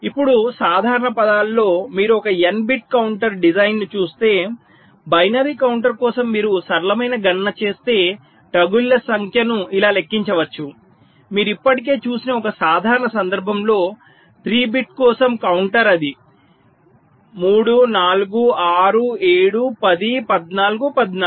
ఇప్పుడు సాధారణ పదాలలో మీరు ఒక n బిట్ కౌంటర్ డిజైన్ను చూస్తే బైనరీ కౌంటర్ కోసం మీరు సరళమైన గణన చేస్తే టోగుల్ల సంఖ్యను ఇలా లెక్కించవచ్చు మీరు ఇప్పటికే చూసిన ఒక సాధారణ సందర్భంలో 3 బిట్ కోసం కౌంటర్ అది 3 4 6 7 10 14 14